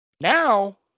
Now